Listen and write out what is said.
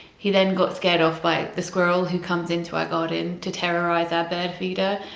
he then got scared off by the squirrel who comes into our garden to terrorize our bird feeder,